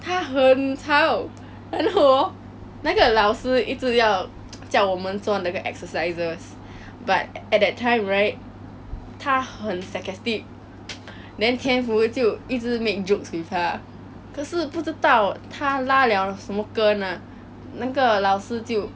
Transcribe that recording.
那个老师就 err 骂他然后 because of 他的 trigger 我的老师就哭就 run out of the class then we didn't even greet her goodbye 她直接跑去 sia then !wah! 那个那个时候每个人就看住 tian fu !wah! like what you do sia